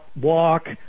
walk